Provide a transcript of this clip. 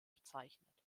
bezeichnet